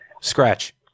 scratch